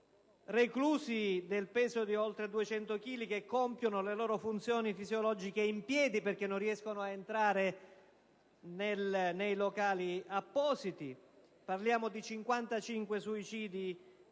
reclusi del peso di oltre 200 chili che compiono le loro funzioni fisiologiche in piedi perché non riescono ad entrare nei locali appositi. Parliamo di 55 suicidi